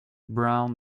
brown